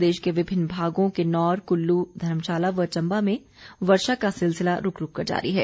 प्रदेश के विभिन्न भागों किन्नौर कुल्लू धर्मशाला व चम्बा में वर्षा का सिलसिला रुक रुक कर जारी है